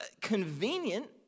convenient